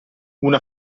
una